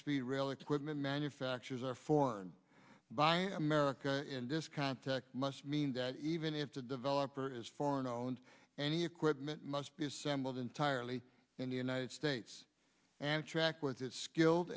speed rail equipment manufacturers are foreign by america in this context must mean that even if the developer is foreign owned any equipment must be assembled entirely in the united states and track with its skilled